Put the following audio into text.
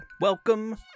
Welcome